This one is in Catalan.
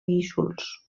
guíxols